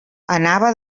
anava